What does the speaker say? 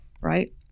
right